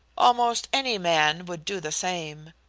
almost any man would do the same.